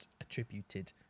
attributed